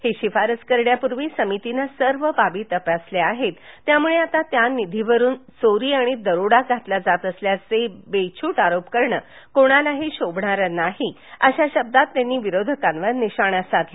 ही शिफारस करण्यापूर्वी समितीने सर्व बाबी तपासल्या आहेत त्यामुळं आता त्या निधीवरून चोरी आणि दरोडा घातला जात असल्यासारखे बेछूट आरोप करणे कोणालाही शोभणारे नाही अशा शब्दात त्यांनी विरोधकांवर निशाणा साधला